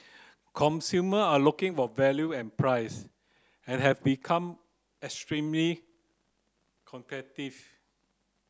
consumer are looking for value and price and have become extremely competitive